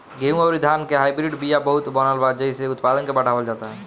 गेंहू अउरी धान के हाईब्रिड बिया बहुते बनल बा जेइसे उत्पादन के बढ़ावल जाता